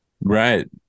Right